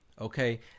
okay